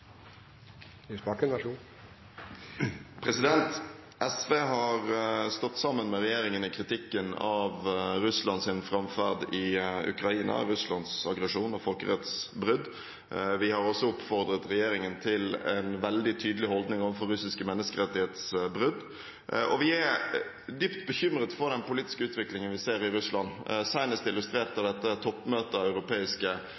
kritikken av Russlands framferd i Ukraina, Russlands aggresjon og folkerettsbrudd. Vi har også oppfordret regjeringen til en veldig tydelig holdning overfor russiske menneskerettighetsbrudd. Og vi er dypt bekymret over den politiske utviklingen vi ser i Russland, senest illustrert av dette toppmøtet av europeiske